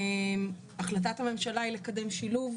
החלטת הממשלה היא לקדם שילוב.